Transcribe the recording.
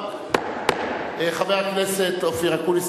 חבר הכנסת אופיר אקוניס,